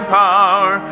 power